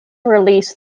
release